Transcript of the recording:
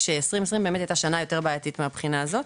כש-2020 הייתה באמת שנה יותר בעיתית מהבחינה הזאת.